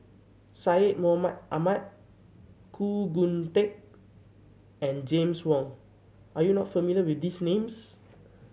Syed Mohamed Ahmed Khoo Teik and James Wong are you not familiar with these names